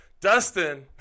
Dustin